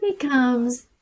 becomes